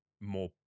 more